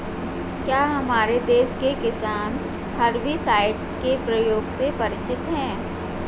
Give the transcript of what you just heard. क्या हमारे देश के किसान हर्बिसाइड्स के प्रयोग से परिचित हैं?